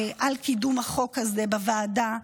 על קידום החוק הזה בוועדה.